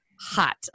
hot